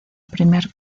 primer